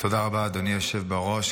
תודה רבה, אדוני היושב-בראש.